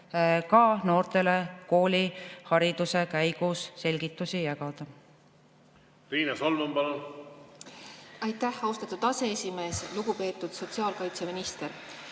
ka noortele koolihariduse käigus selgitusi jagada.